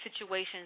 situations